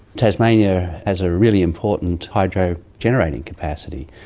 tasmania has a really important hydro generating capacity,